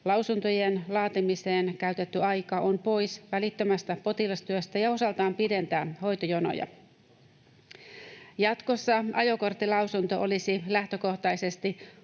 Lausuntojen laatimiseen käytetty aika on pois välittömästä potilastyöstä ja osaltaan pidentää hoitojonoja. Jatkossa ajokorttilausunto olisi lähtökohtaisesti